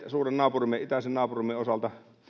suuren itäisen naapurimme osalta